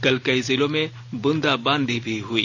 कल कई जिलों में बुंदा बांदी भी हुई